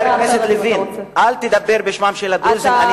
חבר הכנסת לוין, אל תדבר בשמם של הדרוזים.